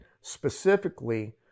specifically